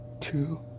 two